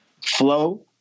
flow